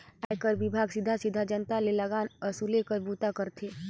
आयकर विभाग सीधा सीधा जनता ले लगान वसूले कर बूता करथे